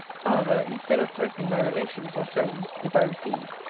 however, instead of threatening my relations, or solmes, if i recede,